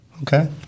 Okay